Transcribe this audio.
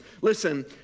Listen